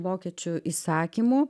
vokiečių įsakymu